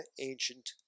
ancient